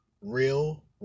real